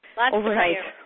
overnight